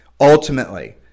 ultimately